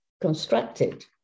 constructed